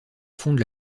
fonde